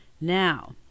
Now